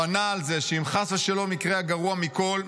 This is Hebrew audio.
בנה על זה שאם חס ושלום יקרה הגרוע מכול,